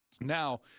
now